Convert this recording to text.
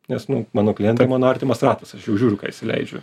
nes nu mano klientai mano artimas ratas aš jau žiūriu ką įsileidžiu